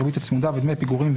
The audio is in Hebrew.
הריבית הצמודה ודמי פיגורים,